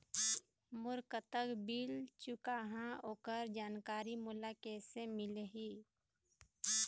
मोर कतक बिल चुकाहां ओकर जानकारी मोला कैसे मिलही?